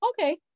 okay